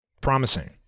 Promising